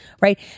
right